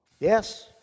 Yes